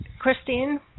Christine